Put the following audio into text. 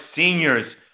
seniors